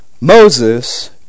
Moses